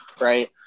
right